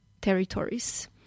territories